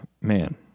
man